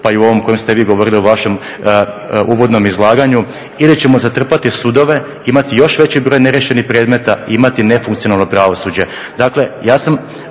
pa i u ovom u kojem ste vi govorili u vašem uvodnom izlaganju ili ćemo zatrpati sudove, imati još veći broj neriješenih predmeta, imati nefunkcionalno pravosuđe.